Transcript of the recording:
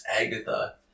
Agatha